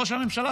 ראש הממשלה,